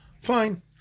Fine